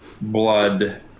blood